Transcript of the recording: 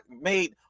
made